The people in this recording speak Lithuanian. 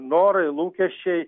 norai lūkesčiai